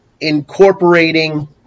incorporating